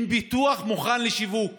עם פיתוח מוכן לשיווק